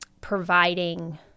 providing